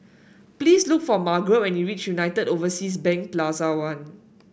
please look for Margret when you reach United Overseas Bank Plaza One